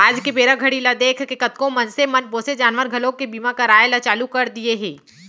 आज के बेरा घड़ी ल देखके कतको मनसे मन पोसे जानवर घलोक के बीमा कराय ल चालू कर दिये हें